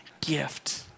gift